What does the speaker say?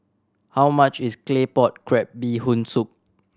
how much is Claypot Crab Bee Hoon Soup